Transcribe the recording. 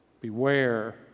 Beware